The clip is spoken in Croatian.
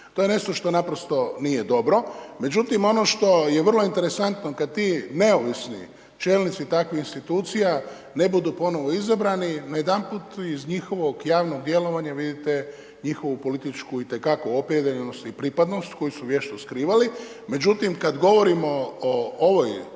To je nešto što naprosto nije dobro. Međutim, ono što je vrlo interesantno kad ti neovisni čelnici takvih institucija ne budu ponovo izabrani najedanput iz njihovog javnog djelovanja vidite njihovu političku i te kako opredijeljenost i pripadnost koju su vješto skrivali, međutim kad govorimo o ovoj